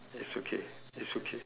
it's okay it's okay